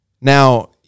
Now